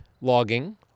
logging